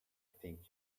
think